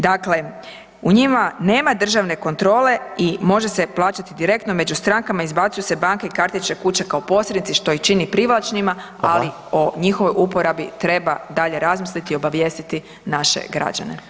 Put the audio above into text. Dakle, u njima nema državne kontrole i može se plaćati direktno među strankama i izbacuju se banke i kartične kućne kao posrednici što ih čini privlačnima, ali o njihovoj uporabi treba dalje razmisliti i obavijestiti naše građane.